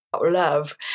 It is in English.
love